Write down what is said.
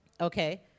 okay